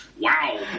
Wow